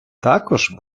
також